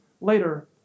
later